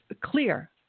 clear